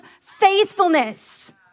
faithfulness